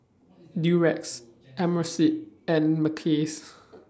Durex Amerisleep and Mackays